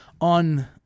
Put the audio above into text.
on